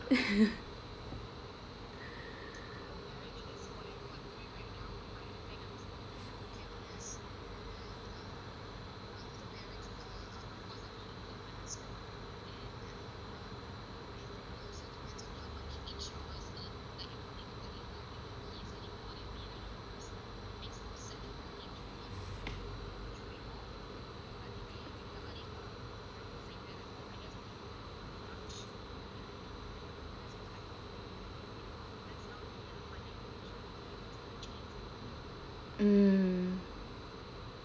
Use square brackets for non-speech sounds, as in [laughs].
[laughs] um